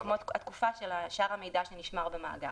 כמו התקופה של שאר המידע שנשמר במאגר.